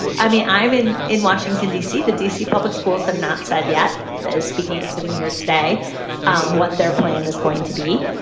i mean, i'm in in washington, d c, the d c. public schools have not said yet. speaking is sitting here today um what their plan is going to be.